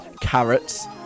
carrots